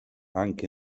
anche